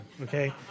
okay